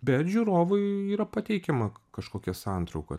bet žiūrovui yra pateikiama kažkokia santrauka